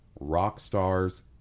Rockstar's